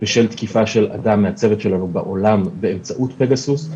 בשל תקיפה של אדם מהצוות שלנו בעולם באמצעות פגסוס,